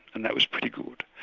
and that was pretty good.